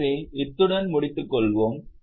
எனவே இத்துடன் முடித்துக்கொள்வோம்